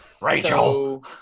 Rachel